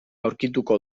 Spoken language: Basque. aurkituko